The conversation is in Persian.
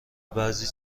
بعضی